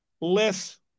less